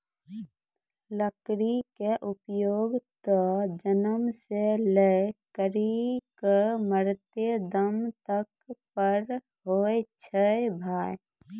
लकड़ी के उपयोग त जन्म सॅ लै करिकॅ मरते दम तक पर होय छै भाय